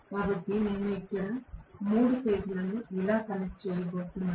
కాబట్టి నేను ఇక్కడ 3 ఫేజ్ లను ఇలా కనెక్ట్ చేయబోతున్నాను